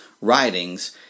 writings